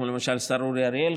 כמו למשל השר אורי אריאל,